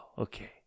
okay